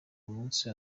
umunsi